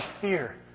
fear